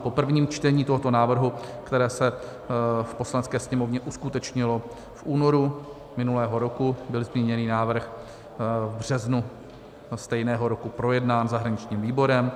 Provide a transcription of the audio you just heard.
Po prvním čtení tohoto návrhu, které se v Poslanecké sněmovně uskutečnilo v únoru minulého ruku, byl zmíněný návrh v březnu stejného roku projednán zahraničním výborem.